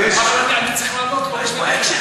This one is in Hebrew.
אבל אני יכול להביא לך טבעת מפלסטיק אם אתה רוצה.